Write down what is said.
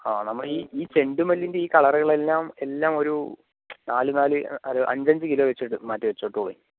ആ നമ്മൾ ഈ ഈ ചെണ്ടുമല്ലിയുടെ ഈ കളറുകൾ എല്ലാം ഒരു നാലു നാലു അഞ്ച് അഞ്ച് വീതം വെച്ചിട്ട് മാറ്റിവെച്ചിട്ടോളിൻ